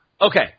Okay